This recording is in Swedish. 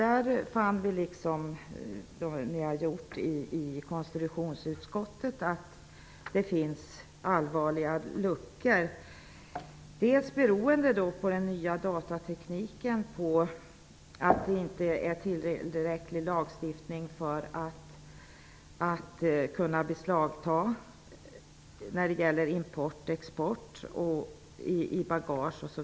Vi fann, liksom man har gjort i konstitutionsutskottet, att det finns allvarliga luckor. Det gäller bl.a. ny datateknik, import och export samt rätten att beslagta sådant som påträffas i bagage.